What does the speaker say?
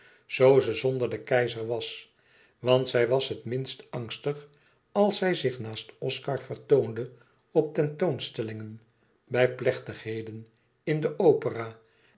ze zonder den keizer was want zij was het minst angstig als zij zich naast oscar vertoonde op tentoonstellingen bij plechtigheden in de opera